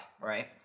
right